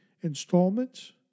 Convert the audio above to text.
installments